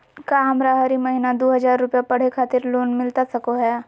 का हमरा हरी महीना दू हज़ार रुपया पढ़े खातिर लोन मिलता सको है?